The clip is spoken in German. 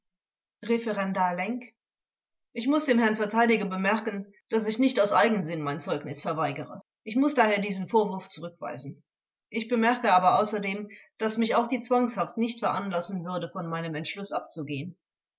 referendar lenk ich muß dem herrn verteidiger bemerken daß ich nicht aus eigensinn mein zeugnis verweigere ich muß daher diesen vorwurf zurückweisen ich bemerke aber außerdem daß mich auch die zwangshaft nicht veranlassen würde von meinem entschluß abzugehen